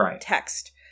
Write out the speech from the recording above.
text